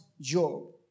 Job